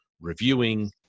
reviewing